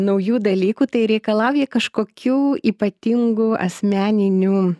naujų dalykų tai reikalauja kažkokių ypatingų asmeninių